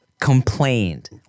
complained